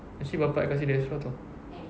actually bapa I kasih dia extra [tau]